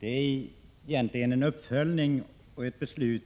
är egentligen en uppföljning av ett beslut